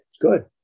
Good